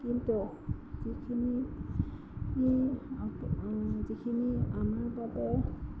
কিন্তু অসু যিখিনি ই আম যিখিনি আমাৰ বাবে